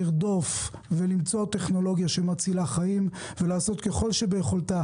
לרדוף ולמצוא טכנולוגיה שמצילה חיים ולעשות ככל שביכולתה